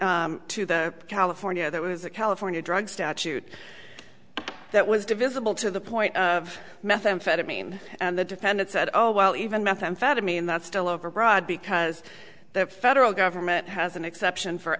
to the california that was a california drug statute that was divisible to the point of methamphetamine and the defendant said oh well even methamphetamine that's still overbroad because the federal government has an exception for